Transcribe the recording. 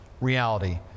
reality